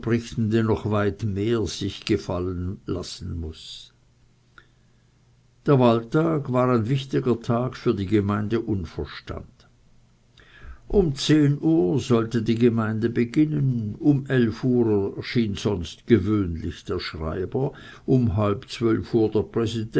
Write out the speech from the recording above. noch weit mehr sich gefallen lassen muß der wahltag war ein wichtiger tag für die gemeinde unverstand um zehn uhr sollte die gemeinde beginnen um elf uhr erschien sonst gewöhnlich der schreiber um halb zwölf uhr der präsident